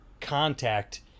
contact